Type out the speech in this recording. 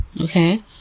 okay